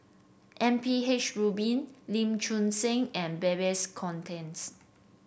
M P H Rubin Lee Choon Seng and Babes Conde